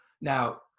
Now